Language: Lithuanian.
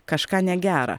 kažką negera